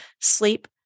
sleep